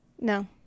No